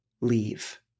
leave